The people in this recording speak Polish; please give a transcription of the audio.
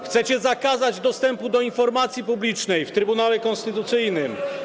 Chcecie zakazać dostępu do informacji publicznej w Trybunale Konstytucyjnym.